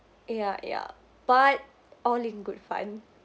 ya ya but all in good fun